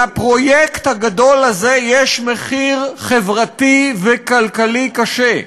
לפרויקט הגדול הזה יש מחיר חברתי וכלכלי קשה,